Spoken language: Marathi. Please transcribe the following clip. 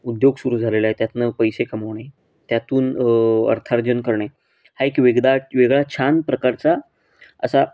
उद्योग सुरू झालेला आहे त्यातून पैसे कमावणे त्यातून अर्थार्जन करणे हा एक वेगदा वेगळा छान प्रकारचा असा